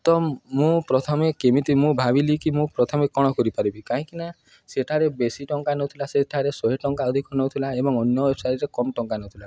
ତ ମୁଁ ପ୍ରଥମେ କେମିତି ମୁଁ ଭାବିଲି କି ମୁଁ ପ୍ରଥମେ କ'ଣ କରିପାରିବି କାହିଁକି ନା ସେଠାରେ ବେଶୀ ଟଙ୍କା ନେଉଥିଲା ସେଠାରେ ଶହେ ଟଙ୍କା ଅଧିକ ନେଉଥିଲା ଏବଂ ଅନ୍ୟ ବିଷୟରେ କମ୍ ଟଙ୍କା ନେଉଥିଲା